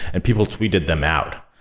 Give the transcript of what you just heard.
and people tweeted them out.